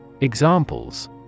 Examples